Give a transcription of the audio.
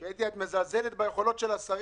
קטי, את מזלזלת ביכולות של השרים.